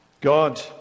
God